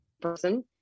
person